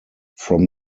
from